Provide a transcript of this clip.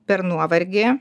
per nuovargį